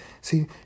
See